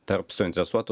tarp suinteresuotų